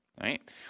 right